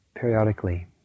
periodically